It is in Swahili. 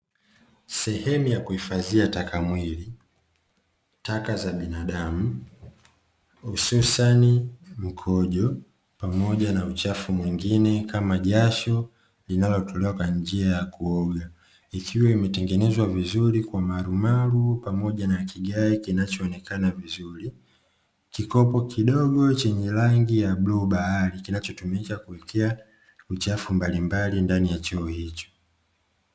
Sehemu ya kuhifadhia taka mwili, taka za binadamu hususani mkojo pamoja na uchafu mwingine kama jasho linalotoka kwa njia ya kuoga iliyotengenezwa vizuri kwa marumaru pamoja na kigae kinachoonekana vizuri, kikopo kidogo chenye rangi ya bluu bahari kinatumika kuwekea uchafu mbalimbali ndani ya choo hicho.